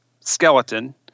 skeleton